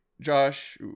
Josh